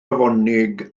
afonig